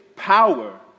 power